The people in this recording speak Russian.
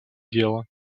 дела